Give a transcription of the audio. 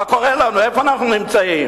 מה קורה לנו, איפה אנחנו נמצאים?